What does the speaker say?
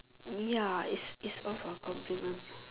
ya it's it's form of complement